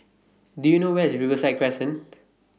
Do YOU know Where IS Riverside Crescent